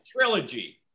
trilogy